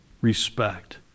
respect